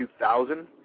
2000